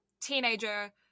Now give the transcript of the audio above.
teenager